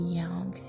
young